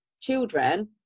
children